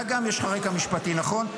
אתה, גם יש לך רקע משפטי, נכון?